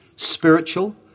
spiritual